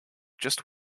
just